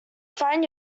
find